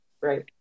right